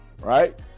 right